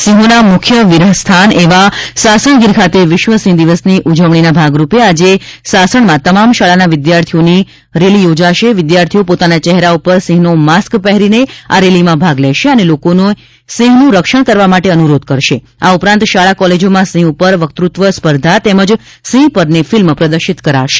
સિંહોના મુખ્ય વિરહ સ્થાન એવા સાસણગીર ખાતે વિશ્વ સિંહ દિનની ઉજવણીના ભાગરુપે આજે સાસણમાં તમામ શાળાના વિદ્યાર્થીઓની રહેલી યોજાશે વિદ્યાર્થીઓ પોતાના ચહેરા પર સિંહનો માસ્ક પહેરીને આ રેલીમાં ભાગ લેશે અને લોકોને સિંહનું રક્ષણ કરવા માટે અનુરોધ કરશે આ ઉપરાંત શાળા કોલેજોમાં સિંહ ઉપર વકૃત્વ સ્પર્ધા તેમજ સિંહ પરની ફિલ્મ પ્રદર્શિત કરાશે